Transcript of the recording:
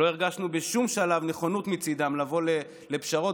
לא הרגשנו בשום שלב נכונות מצידם לבוא לפשרות,